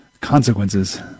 consequences